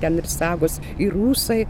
ten ir sagos ir ūsai